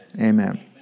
Amen